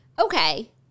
Okay